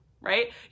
right